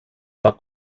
zwar